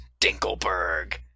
Dinkelberg